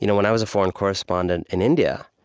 you know when i was a foreign correspondent in india,